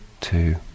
two